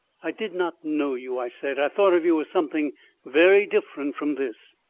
i did not know you, i said. i thought of you as something very different from this.